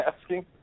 asking